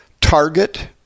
Target